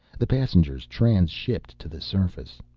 the passengers transhipped to the surface.